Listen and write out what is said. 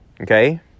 okay